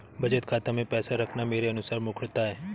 बचत खाता मैं पैसा रखना मेरे अनुसार मूर्खता है